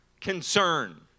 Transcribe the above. concern